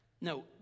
No